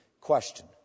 question